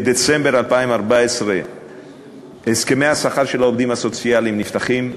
בדצמבר 2014 הסכמי השכר של העובדים הסוציאליים נפתחים,